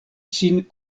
sin